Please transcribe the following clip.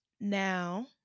now